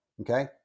okay